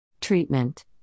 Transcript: Treatment